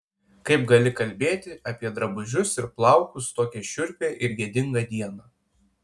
kaip gali kalbėti apie drabužius ir plaukus tokią šiurpią ir gėdingą dieną